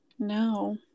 no